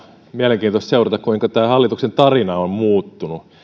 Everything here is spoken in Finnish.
mielenkiintoista seurata kuinka tämä hallituksen tarina on muuttunut